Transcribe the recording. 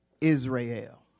Israel